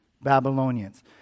Babylonians